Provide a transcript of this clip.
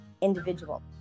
individual